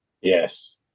Yes